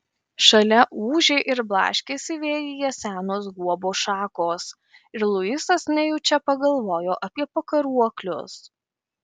šalia ūžė ir blaškėsi vėjyje senos guobos šakos ir luisas nejučia pagalvojo apie pakaruoklius